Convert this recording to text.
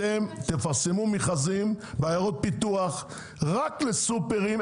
אתם תפרסמו מכרזים בעיירות פיתוח רק לסופרים,